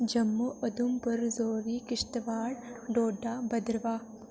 Jammu Udhampur Rajouri Kishtwar Doda Bhaderwah